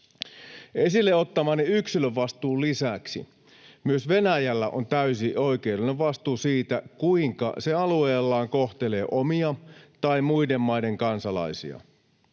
Esille ottamani yksilön vastuun lisäksi myös Venäjällä on täysi oikeudellinen vastuu siitä, kuinka se alueellaan kohtelee omia tai muiden maiden kansalaisia.